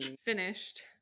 Finished